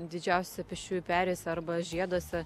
didžiausiose pėsčiųjų perėjose arba žieduose